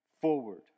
forward